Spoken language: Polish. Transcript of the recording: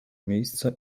miejsca